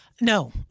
No